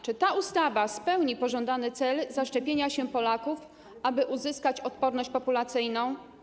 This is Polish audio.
Czy ta ustawa spełni pożądany cel zaszczepienia się Polaków, aby uzyskać odporność populacyjną?